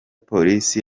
polisi